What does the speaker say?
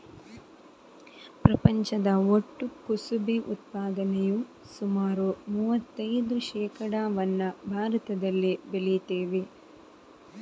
ಪ್ರಪಂಚದ ಒಟ್ಟು ಕುಸುಬೆ ಉತ್ಪಾದನೆಯ ಸುಮಾರು ಮೂವತ್ತೈದು ಶೇಕಡಾವನ್ನ ಭಾರತದಲ್ಲಿ ಬೆಳೀತೇವೆ